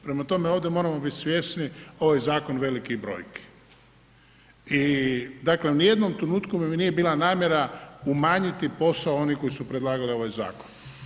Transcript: Prema tome, ovdje moramo biti svjesni ovo je zakon velikih brojki i dakle ni u jednom trenutku mi nije bila namjera umanjiti posao onih koji su predlagali ovaj zakon.